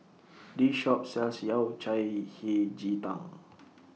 This Shop sells Yao Cai Hei Ji Tang